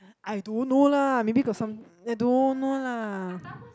I don't know lah maybe got some I don't know lah